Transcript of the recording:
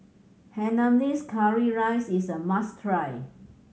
Hainanese curry rice is a must try